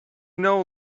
know